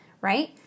right